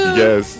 yes